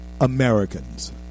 Americans